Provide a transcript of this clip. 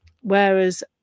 Whereas